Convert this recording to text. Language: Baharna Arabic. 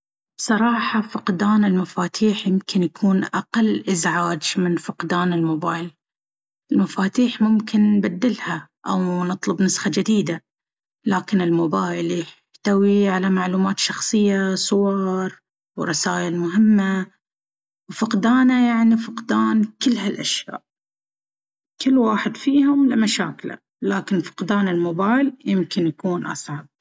بصراحة، فقدان المفاتيح يمكن يكون أقل إزعاج من فقدان الموبايل. المفاتيح ممكن نبدلها أو نطلب نسخة جديدة، لكن الموبايل يحتوي على معلومات شخصية، صور، ورسائل مهمة، وفقدانه يعني فقدان كل هالأشياء. كل واحد فيهم له مشاكله، لكن فقدان الموبايل يمكن يكون أصعب.